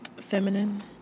Feminine